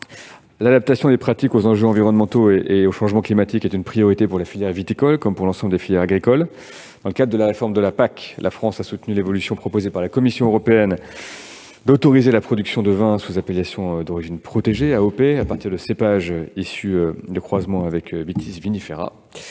L'adaptation des pratiques aux enjeux environnementaux et au changement climatique est une priorité pour la filière viticole, comme pour l'ensemble des filières agricoles. Dans le cas de la réforme de la politique agricole commune (PAC), la France a soutenu l'évolution proposée par la Commission européenne d'autoriser la production de vin sous appellation d'origine protégée (AOP) à partir de cépages issus de croisements avec. En effet,